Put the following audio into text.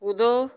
कूदो